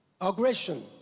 aggression